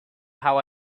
how